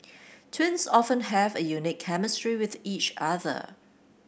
twins often have a unique chemistry with each other